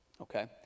okay